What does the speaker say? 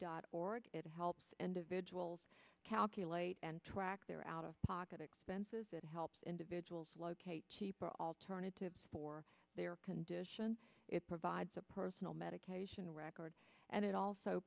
dot org it helps individuals calculate and track their out of pocket expenses that helps individuals locate cheaper alternatives for their condition it provides a personal medication record and it also